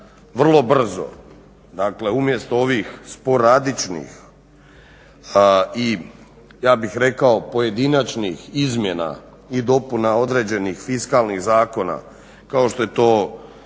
vrlo brzo dakle umjesto ovih sporadičnih i ja bih rekao pojedinačnih izmjena određenih fiskalnih zakona kao što je to